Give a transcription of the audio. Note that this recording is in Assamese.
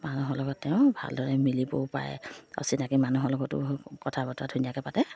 মানুহৰ লগত তেওঁ ভালদৰে মিলিবও পাৰে অচিনাকি মানুহৰ লগতো কথা বতৰা ধুনীয়াকৈ পাতে